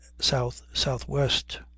south-southwest